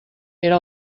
era